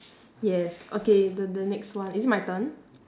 yes okay the the next one is it my turn